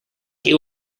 you